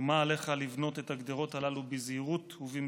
שומה עליך לבנות את הגדרות הללו בזהירות ובמשורה.